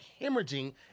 hemorrhaging